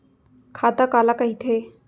खाता काला कहिथे?